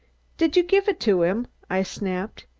did you give it to him? i snapped.